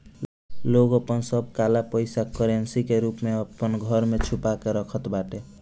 लोग आपन सब काला पईसा के करेंसी रूप में अपनी घरे में छुपा के रखत बाटे